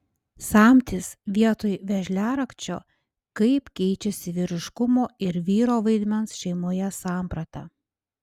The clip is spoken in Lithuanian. samtis vietoj veržliarakčio kaip keičiasi vyriškumo ir vyro vaidmens šeimoje samprata